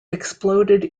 exploded